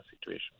situation